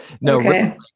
No